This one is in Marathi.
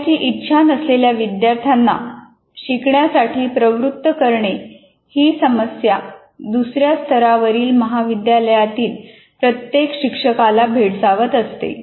शिकण्याची इच्छा नसलेल्या विद्यार्थ्यांना शिकण्यासाठी प्रवृत्त करणे ही समस्या दुसऱ्या स्तरातील महाविद्यालयातील प्रत्येक शिक्षकाला भेडसावत असते